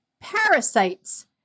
parasites